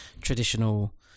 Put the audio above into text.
traditional